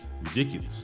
ridiculous